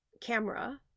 camera